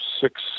six –